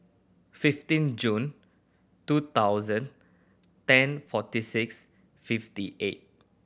fifteen June two thousand ten forty six fifty eight